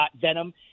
venom